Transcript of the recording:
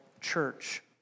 church